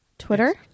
Twitter